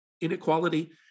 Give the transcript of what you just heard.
inequality